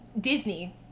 Disney